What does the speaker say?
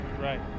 Right